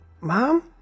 mom